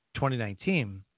2019